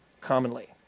commonly